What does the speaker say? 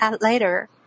later